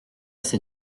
ses